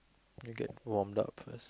okay warm up first